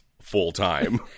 full-time